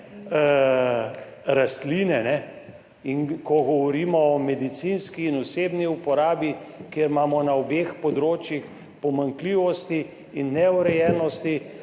rastline in ko govorimo o medicinski in osebni uporabi, kjer imamo na obeh področjih pomanjkljivosti in neurejenosti,